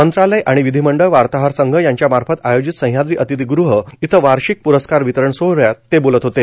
मंत्रालय आणि विधिमंडळ वार्ताहर संघ यांच्या मार्फत आयोजित सहयाद्री अतिथीगृह इथं वार्षिक प्रस्कार वितरण सोहळ्यात ते बोलत होते